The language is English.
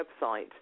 website